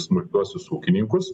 smulkiuosius ūkininkus